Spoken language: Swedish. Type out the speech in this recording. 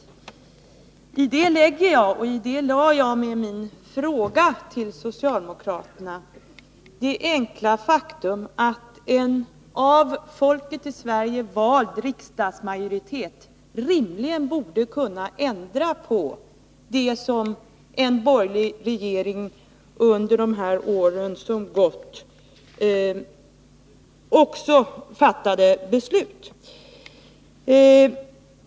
Med detta begrepp menar jag helt enkelt, och menade jag när jag ställde min fråga till socialdemokraterna, att en av folket i Sverige vald riksdagsmajoritet rimligen borde kunna ändra på det som en borgerlig regering under de år som gått fattat beslut om.